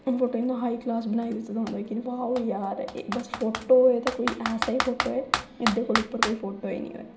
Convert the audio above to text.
फोटू गी high class बनाई दित्ते दा होंदा कि वाह् ओह् यार एह् बस फोटू होऐ ते कोई ऐसा गै फोटू होऐ एह्दे कोला उप्पर कोई फोटू गै निं होऐ